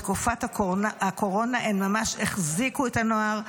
בתקופת הקורונה הם ממש החזיקו את הנוער.